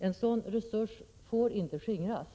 En sådan resurs får inte skingras.